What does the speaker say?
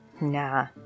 nah